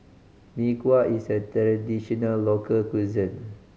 Mee Kuah is a traditional local cuisine